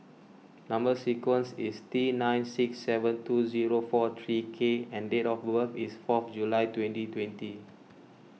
Number Sequence is T nine six seven two zero four three K and date of birth is fourth July twenty twenty